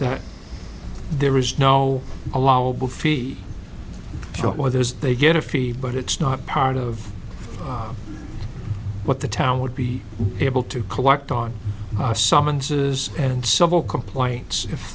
that there is no allowable fee or there's they get a fee but it's not part of what the town would be able to collect on summonses and civil complaints if